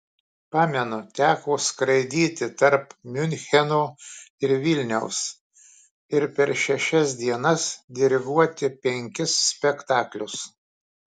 pamenu teko skraidyti tarp miuncheno ir vilniaus ir per šešias dienas diriguoti penkis spektaklius